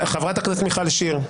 חברת הכנסת מיכל שיר.